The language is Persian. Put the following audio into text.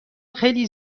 خیلی